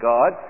God